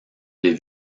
des